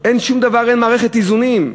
אין שום דבר, אין מערכת איזונים.